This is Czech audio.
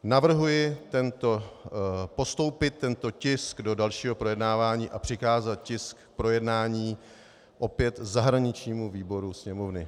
Navrhuji postoupit tento tisk do dalšího projednávání a přikázat tisk k projednání opět zahraničnímu výboru Sněmovny.